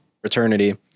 fraternity